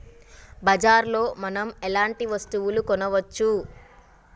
బజార్ లో మనం ఎలాంటి వస్తువులు కొనచ్చు?